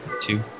two